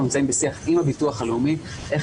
אנחנו נמצאים בשיח עם הביטוח הלאומי איך